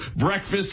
breakfast